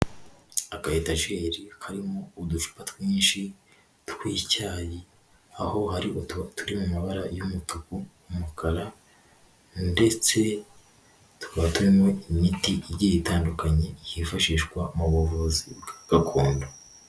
Aka etajeri karimo uducupa twinshi tw'icyayi. Aho hari utubati turi mu mabara y'umutuku, umukara ndetse tukaba turimo imiti igiye itandukanye yifashishwa mu buvuzi gakondo